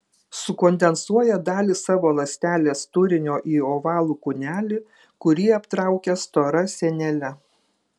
sukondensuoja dalį savo ląstelės turinio į ovalų kūnelį kurį aptraukia stora sienele